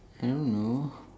I don't know